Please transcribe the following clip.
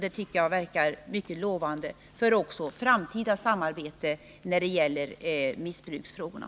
Det verkar mycket lovande, även för framtida samarbete när det gäller missbruksfrågorna.